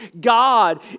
God